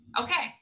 okay